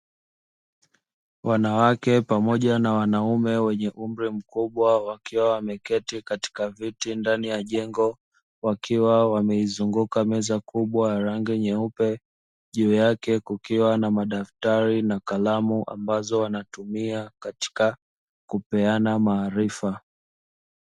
Wanawake pamoja na wanaume wenye umri mkubwa wakiwa wameketi katika viti ndani ya jengo, wakiwa wameizunguka meza kubwa ya rangi nyeupe juu yake kukiwa na kalamu na madaftari ambayo wanatumia katika kupeana maarifa.